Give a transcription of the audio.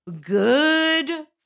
Good